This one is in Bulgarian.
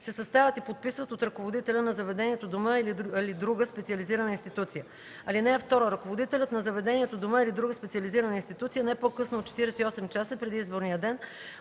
се съставят и подписват от ръководителя на заведението, дома или друга специализирана институция. (2) Ръководителят на заведението, дома или друга специализирана институция не по-късно от 48 часа преди изборния ден